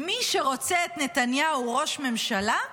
"מי שרוצה את נתניהו ראש ממשלה,